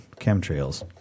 chemtrails